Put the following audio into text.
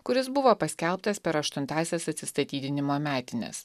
kuris buvo paskelbtas per aštuntąsias atsistatydinimo metines